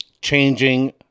changing